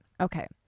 Okay